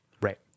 Right